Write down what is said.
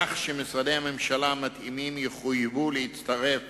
כך שמשרדי הממשלה המתאימים יחויבו להצטרף